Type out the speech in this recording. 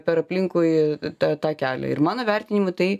per aplinkui tą tą kelią ir mano vertinimu tai